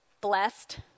blessed